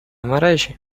мережі